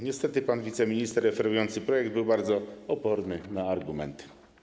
Niestety pan wiceminister referujący projekt był bardzo odporny na argumenty.